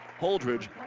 Holdridge